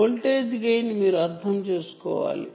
voltage gain మీరు అర్థం చేసుకోవాలి